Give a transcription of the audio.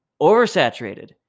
oversaturated